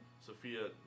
Sophia